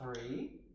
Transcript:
three